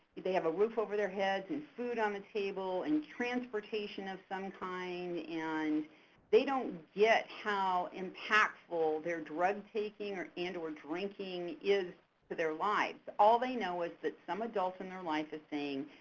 they have a roof over their heads and food on the table, and transportation of some kind and they don't get how impactful their drug taking and or drinking is to their lives, all they know is that some adult in their life is saying,